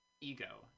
ego